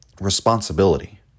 responsibility